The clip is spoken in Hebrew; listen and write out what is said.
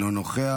אינו נוכח.